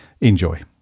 Enjoy